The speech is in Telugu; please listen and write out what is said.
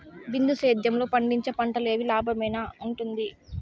బిందు సేద్యము లో పండించే పంటలు ఏవి లాభమేనా వుంటుంది?